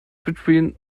between